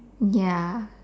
ya